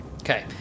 Okay